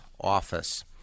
office